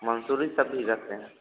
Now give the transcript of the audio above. मंसूरी सब भी रखते हैं